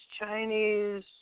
Chinese